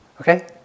Okay